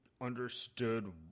understood